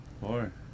Four